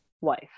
wife